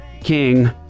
King